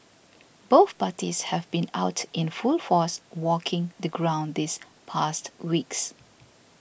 both parties have been out in full force walking the ground these past weeks